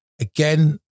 Again